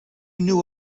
knew